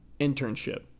internship